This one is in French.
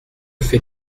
fais